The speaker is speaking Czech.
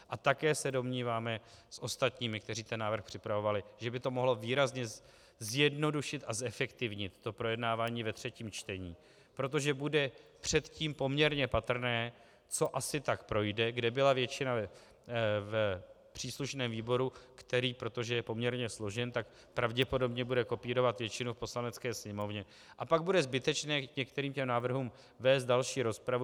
A také se domníváme s ostatními, kteří ten návrh připravovali, že by to mohlo výrazně zjednodušit a zefektivnit projednávání ve třetím čtení, protože bude předtím poměrně patrné, co asi tak projde, kde byla většina v příslušném výboru, který, protože je poměrně složen, pravděpodobně bude kopírovat většinu v Poslanecké sněmovně, a pak bude zbytečné k některým těm návrhům vést další rozpravu.